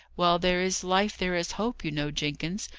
while there is life there is hope, you know, jenkins,